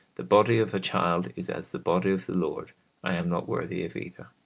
the body of a child is as the body of the lord i am not worthy of either